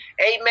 amen